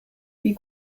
wie